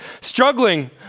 Struggling